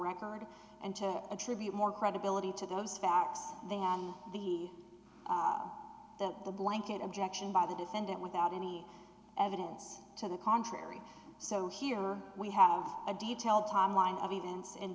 record and to attribute more credibility to those facts the blanket objection by the defendant without any evidence to the contrary so here we have a detailed timeline of events in